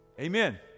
Amen